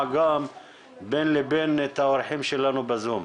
גם בין לבין את האורחים שלנו בזום.